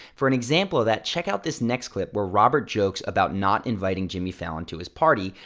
for an example of that, check out this next clip where robert jokes about not inviting jimmy fallon to his party.